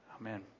Amen